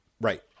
right